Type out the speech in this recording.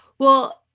well,